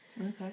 Okay